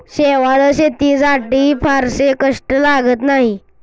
शेवाळं शेतीसाठी फारसे कष्ट लागत नाहीत